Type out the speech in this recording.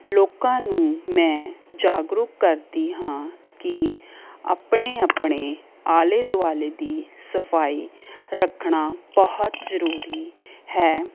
ਲੋਕਾਂ ਨੂੰ ਮੈਂ ਜਾਗਰੂਕ ਕਰਦੀ ਹਾਂ ਕਿ ਆਪਣੇ ਆਪਣੇ ਆਲੇ ਦੁਆਲੇ ਦੀ ਸਫਾਈ ਰੱਖਣਾ ਬਹੁਤ ਜ਼ਰੂਰੀ ਹੈ